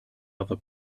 other